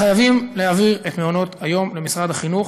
חייבים להעביר את מעונות-היום למשרד החינוך,